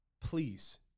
please